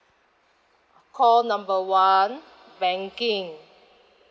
call number one banking